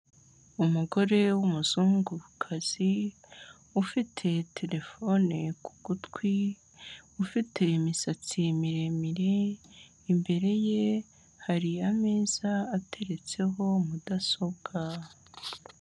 Umugore w'umuzungukazi, ufite terefone ku gutwi, ufite imisatsi miremire, imbere ye hari ameza ateretseho mudasobwa.